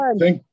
thank